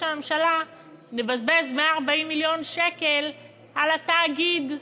הממשלה נבזבז 140 מיליון שקל על התאגיד.